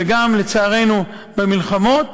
וגם לצערנו במלחמות,